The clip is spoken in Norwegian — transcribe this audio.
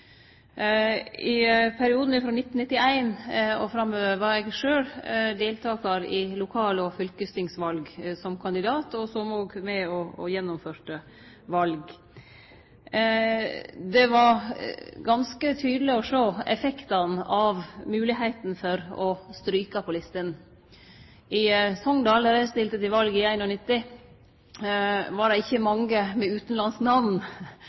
I perioden frå 1991 og framover var eg sjølv deltakar i lokal- og fylkestingsval som kandidat og var òg med og gjennomførte val. Det var ganske tydeleg å sjå effektane av moglegheita for å stryke på listene. I Sogndal, der eg stilte til val i 1991, var det ikkje mange med utanlandsk namn,